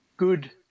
good